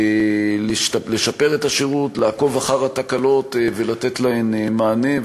לשפר את השירות, לעקוב אחר התקלות ולתת להן מענה.